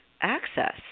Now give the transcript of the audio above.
access